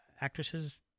actresses